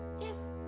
Yes